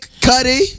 Cuddy